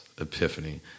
epiphany